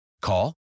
Call